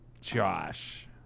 josh